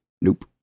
nope